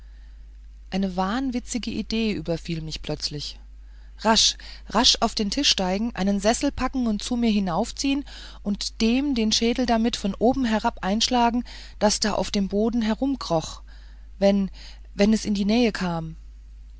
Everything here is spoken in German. eine wahnwitzige idee überfiel mich plötzlich rasch rasch auf den tisch steigen einen sessel packen und zu mir hinaufziehen und dem den schädel damit von oben herab einschlagen das da auf dem boden herumkroch wenn wenn es in die nähe kam